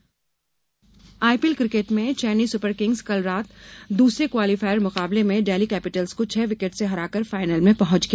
IPL IPL cricket में Chennai super kings कल रात दूसरे क्वालिफायर मुकाबले में डेल्ही कैपिटल्स को छह विकेट से हराकर फाइनल में पहुंच गया